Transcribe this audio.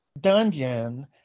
dungeon